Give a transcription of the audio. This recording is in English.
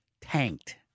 tanked